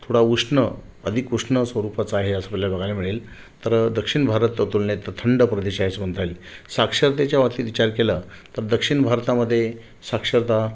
थोडा उष्ण अधिक उष्ण स्वरूपाचा आहे असं आपल्याला बघायला मिळेल तर दक्षिण भारत तुलनेत थंड प्रदेश आहे असं म्हणता येईल साक्षरतेच्या बाबतीत विचार केला तर दक्षिण भारतामध्ये साक्षरता